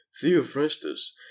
Theophrastus